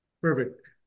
Perfect